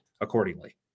accordingly